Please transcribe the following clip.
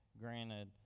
granted